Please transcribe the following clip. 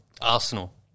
Arsenal